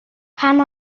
pan